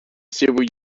several